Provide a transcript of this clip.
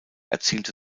erzielte